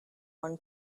one